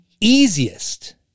easiest